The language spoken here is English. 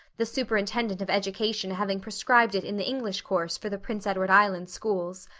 the superintendent of education having prescribed it in the english course for the prince edward island schools.